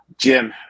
Jim